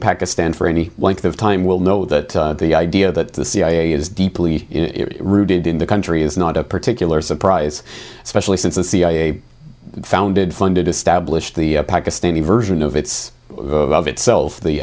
pakistan for any length of time will know that the idea that the cia is deeply rooted in the country is not a particular surprise especially since the cia founded funded established the pakistani version of its of itself the